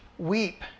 Weep